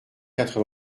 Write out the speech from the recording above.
quatre